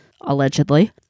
Allegedly